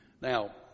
Now